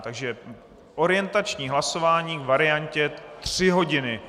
Takže orientační hlasování k variantě tři hodiny.